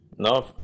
No